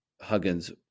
Huggins